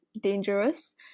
dangerous